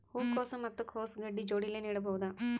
ಹೂ ಕೊಸು ಮತ್ ಕೊಸ ಗಡ್ಡಿ ಜೋಡಿಲ್ಲೆ ನೇಡಬಹ್ದ?